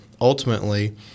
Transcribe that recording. ultimately